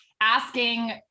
asking